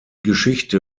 geschichte